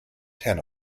ten